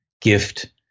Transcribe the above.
gift